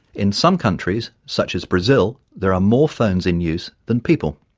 in some countries, such as brazil, there are more phones in use than people.